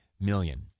million